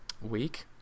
week